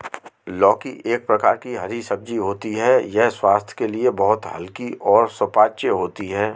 लौकी एक प्रकार की हरी सब्जी होती है यह स्वास्थ्य के लिए बहुत हल्की और सुपाच्य होती है